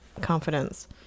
confidence